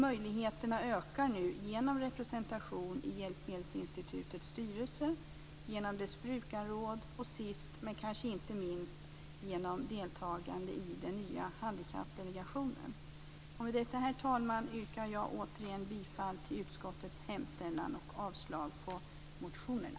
Möjligheterna ökar nu genom representation i Hjälpmedelsinstitutets styrelse, genom dess brukarråd och sist men kanske inte minst genom deltagande i den nya handikappdelegationen. Med detta, herr talman, yrkar jag åter bifall till utskottets hemställan och avslag på motionerna.